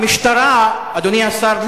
אדוני השר,